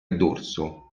dorso